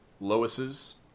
Lois's